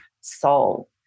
soul